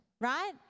right